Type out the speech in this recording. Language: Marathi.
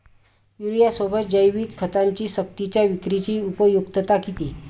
युरियासोबत जैविक खतांची सक्तीच्या विक्रीची उपयुक्तता किती?